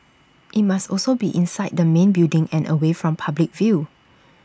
IT must also be inside the main building and away from public view